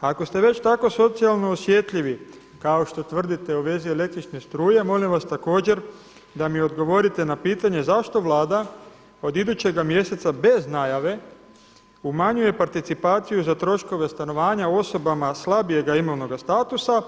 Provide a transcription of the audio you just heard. Ako ste već tako socijalno osjetljivi kao što tvrdite u vezi električne struje molim vas također da mi odgovorite na pitanje, zašto Vlada od idućega mjeseca bez najave umanjuje participaciju za troškove stanovanja osobama slabijega imovnoga statusa